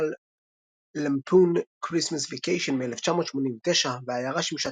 Lampoon's Christmas Vacation" מ-1989 והעיירה שימשה